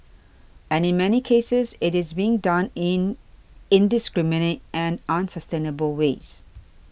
and in many cases it is being done in indiscriminate and unsustainable ways